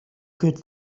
good